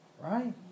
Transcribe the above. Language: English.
right